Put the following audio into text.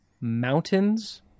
mountains